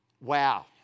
wow